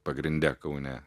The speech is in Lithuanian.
pagrinde kaune